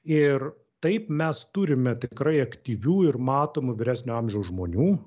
ir taip mes turime tikrai aktyvių ir matomų vyresnio amžiaus žmonių